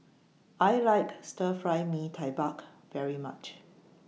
I like Stir Fry Mee Tai Mak very much